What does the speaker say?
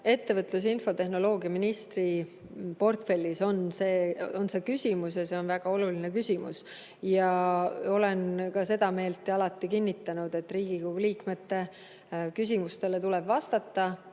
Ettevõtlus‑ ja infotehnoloogiaministri portfellis on see küsimus, ja see on väga oluline küsimus. Olen ka seda meelt ja alati kinnitanud, et Riigikogu liikmete küsimustele tuleb vastata.